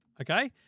okay